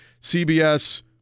CBS